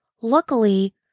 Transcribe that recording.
Luckily